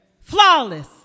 Flawless